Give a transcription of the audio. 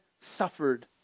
suffered